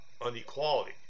unequality